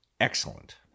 excellent